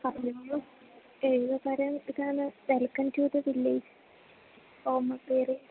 welcome to the village home